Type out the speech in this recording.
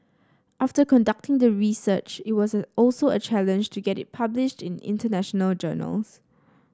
after conducting the research it was also a challenge to get it published in international journals